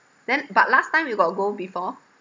then but last time you got go before